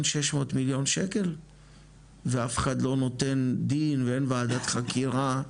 600 מיליון שקל ואף אחד לא נותן דין ואין ועדת חקירה,